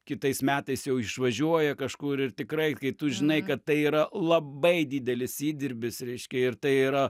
kitais metais jau išvažiuoja kažkur ir tikrai kai tu žinai kad tai yra labai didelis įdirbis reiškia ir tai yra